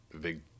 big